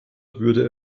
würde